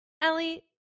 Ellie